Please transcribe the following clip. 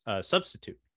substitute